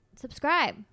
Subscribe